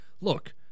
look